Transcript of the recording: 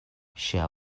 ŝia